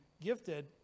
gifted